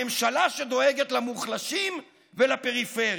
הממשלה שדואגת למוחלשים ולפריפריה.